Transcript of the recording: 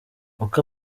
uko